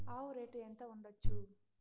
ఆవు రేటు ఎంత ఉండచ్చు?